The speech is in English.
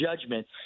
judgment